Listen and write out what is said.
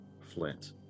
Flint